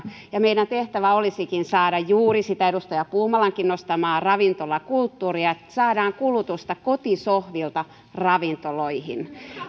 ja meidän tehtävämme olisikin saada juuri sitä edustaja puumalankin nostamaa ravintolakulttuuria että saadaan kulutusta kotisohvilta ravintoloihin